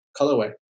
colorway